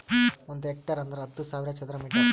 ಒಂದ್ ಹೆಕ್ಟೇರ್ ಅಂದರ ಹತ್ತು ಸಾವಿರ ಚದರ ಮೀಟರ್